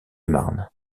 marne